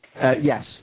yes